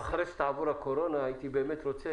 אחרי שתעבור הקורונה הייתי באמת רוצה,